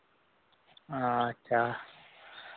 ᱟᱪᱪᱷᱟ